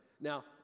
Now